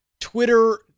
Twitter